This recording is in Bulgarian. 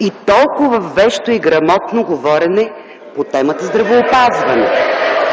и толкова вещо и грамотно говорене по темата здравеопазване.